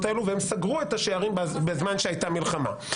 האלו והם סגרו את השערים בזמן שהייתה מלחמה.